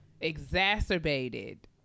exacerbated